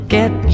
Get